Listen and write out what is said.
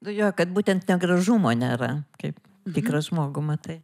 nu jo kad būtent negražumo nėra kaip tikrą žmogų matai